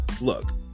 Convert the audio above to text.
look